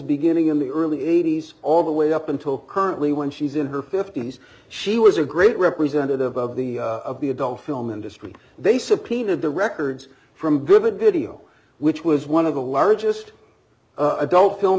beginning in the early eighty's all the way up until currently when she's in her fifty's she was a great representative of the of the adult film industry they subpoenaed the records from good video which was one of the largest adult film